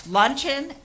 luncheon